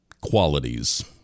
qualities